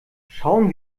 schauen